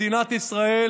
מדינת ישראל